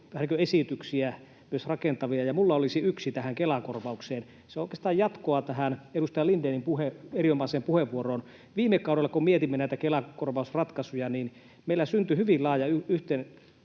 esityksiä, myös rakentavia, ja minulla olisi yksi tähän Kela-korvaukseen. Se on oikeastaan jatkoa tähän edustaja Lindénin erinomaiseen puheenvuoroon. Viime kaudella kun mietimme näitä Kela-korvausratkaisuja, niin meillä syntyi hyvin laaja yhteinen